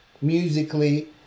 musically